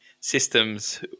systems